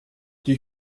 die